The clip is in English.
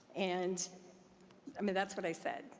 and i mean, that's what i said.